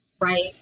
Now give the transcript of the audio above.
right